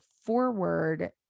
forward